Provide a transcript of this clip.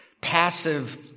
passive